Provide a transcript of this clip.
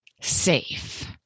safe